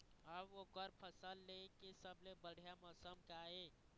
अऊ ओकर फसल लेय के सबसे बढ़िया मौसम का ये?